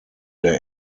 der